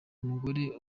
umugore